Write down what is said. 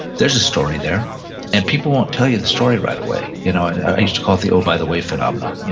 there's a story there and people won't tell you the story right away. you know i used to call it the, oh, by the way, phenomenon,